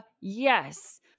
yes